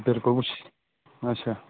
بِلکُل وٕچھ اچھا